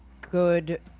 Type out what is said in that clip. good